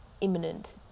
imminent